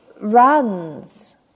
runs